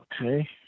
okay